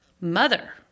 Mother